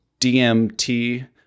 DMT